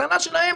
אז הטענה שלהם